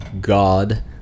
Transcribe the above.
God